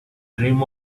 dream